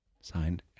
Signed